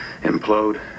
implode